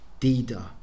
Dida